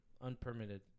unpermitted